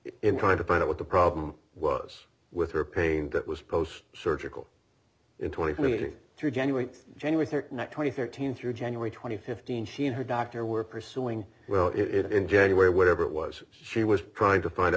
in trying to find out what the problem was with her pain that was post surgical in twenty meeting through january jane with her neck twenty thirteen through january twenty fifteen she and her doctor were pursuing well it in january whatever it was she was trying to find out